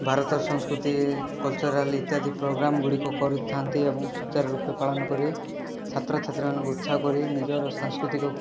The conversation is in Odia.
ଭାରତର ସଂସ୍କୃତି କଲଚୁରାଲି ଇତ୍ୟାଦି ପ୍ରୋଗ୍ରାମ୍ ଗୁଡ଼ିକ କରିଥାନ୍ତି ଏବଂ ସୁଚାର ରୂପେ ପାଳନକରି ଛାତ୍ରଛାତ୍ରୀମାନଙ୍କୁ ଉତ୍ସାହ କରି ନିଜର ସାଂସ୍କୃତିକ